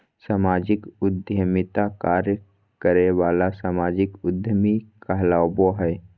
सामाजिक उद्यमिता कार्य करे वाला सामाजिक उद्यमी कहलाबो हइ